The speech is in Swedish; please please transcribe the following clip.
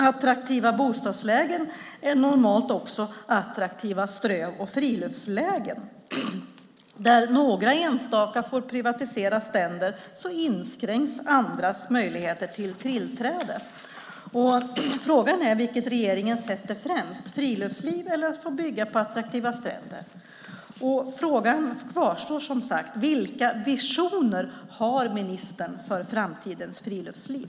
Attraktiva bostadslägen är normalt också attraktiva ströv och friluftslägen. Där några enstaka får privatisera stränder inskränks andras möjligheter till tillträde. Frågan är vilket regeringen sätter främst, friluftsliv eller att få bygga på attraktiva stränder. Frågan kvarstår: Vilka visioner har ministern för framtidens friluftsliv?